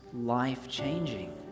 life-changing